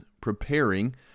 preparing